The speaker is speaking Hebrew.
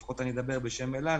לפחות אני מדבר בשם אל על.